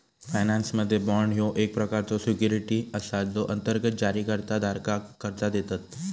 फायनान्समध्ये, बाँड ह्यो एक प्रकारचो सिक्युरिटी असा जो अंतर्गत जारीकर्ता धारकाक कर्जा देतत